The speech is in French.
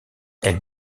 elle